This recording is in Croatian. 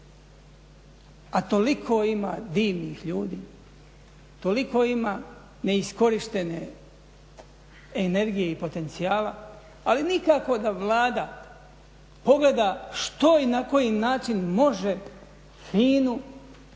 A toliko ima divnih ljudi, toliko ima neiskorištene energije i potencijala ali nikako da Vlada pogleda što i na koji način može